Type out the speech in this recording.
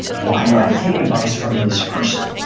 why would i take advice from this person?